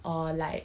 or like